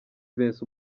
vincent